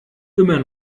immer